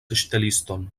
ŝteliston